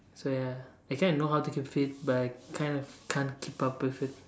so ya I kind of know how to keep fit but I kind of can't keep up with it